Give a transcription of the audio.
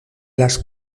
las